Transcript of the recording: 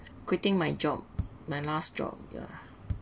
quitting my job my last job ya